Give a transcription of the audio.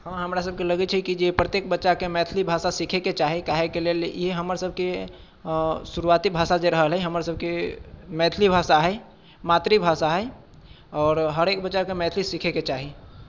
हँ हमरा सबके लगैत छै कि जे प्रत्येक बच्चाके मैथिली भाषा सीखेके चाही काहेकि लेल ई हमर सबके शुरुआती भाषा जे रहलै हमर सबके मैथिली भाषा हइ मातृभाषा हइ आओर हरेक बच्चाके मैथिली सीखेके चाही